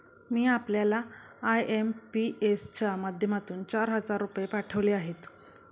मी आपल्याला आय.एम.पी.एस च्या माध्यमातून चार हजार रुपये पाठवले आहेत